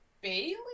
Bailey